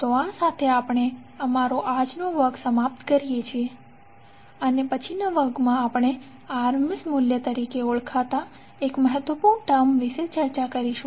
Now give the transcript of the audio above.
તો આ સાથે આપણે અમારો આજનો ક્લાસ સમાપ્ત કરીએ છીએ અને પછીના ક્લાસમાં આપણે RMS મૂલ્ય તરીકે ઓળખાતા એક મહત્વપૂર્ણ ટર્મ વિશે ચર્ચા કરીશું